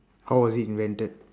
how was it invented